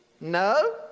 No